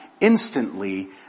instantly